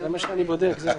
זה מה שאני בודק.